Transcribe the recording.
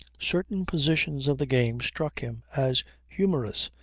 certain positions of the game struck him as humorous,